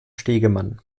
stegemann